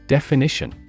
Definition